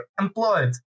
employed